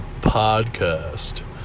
podcast